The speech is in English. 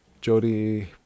Jody